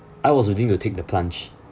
I was willing to take the plunge